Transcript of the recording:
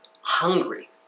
hungry